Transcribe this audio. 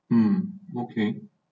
um okay